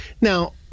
Now